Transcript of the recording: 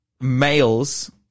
males